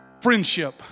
Friendship